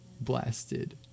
Blasted